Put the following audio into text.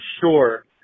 sure